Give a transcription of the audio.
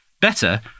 Better